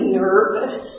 nervous